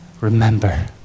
remember